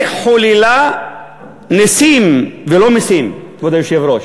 היא חוללה נסים, ולא מסים, כבוד היושב-ראש,